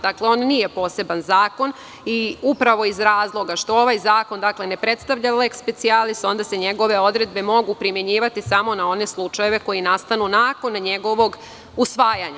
Dakle, on nije poseban zakon i upravo iz razloga što ovaj zakon ne predstavlja leks specijalis, onda se njegove odredbe mogu primenjivati samo na one slučajeve koji nastanu nakon njegovog usvajanja.